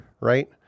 right